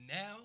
now